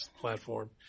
platform